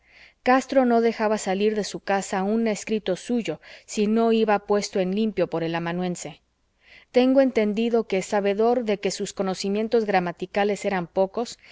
castro no dejaba salir de su casa un escrito suyo si no iba puesto en limpio por el amanuense tengo entendido que sabedor de que sus conocimientos gramaticales eran pocos